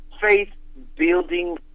faith-building